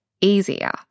easier